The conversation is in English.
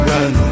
Run